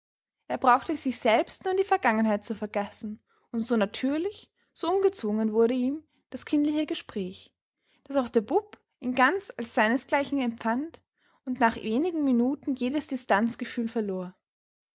er brauchte sich selbst nur in die vergangenheit zu vergessen und so natürlich so ungezwungen wurde ihm das kindliche gespräch daß auch der bub ihn ganz als seinesgleichen empfand und nach wenigen minuten jedes distanzgefühl verlor